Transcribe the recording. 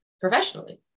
professionally